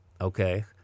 Okay